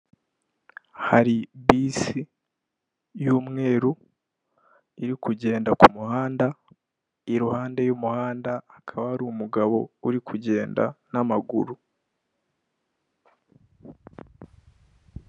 Hari bisi y'umweru iri kugenda ku muhanda, iruhande y'umuhanda hakaba hari umugabo uri kugenda n'amaguru.